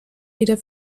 wieder